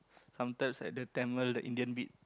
some types had the Tamil the Indian beat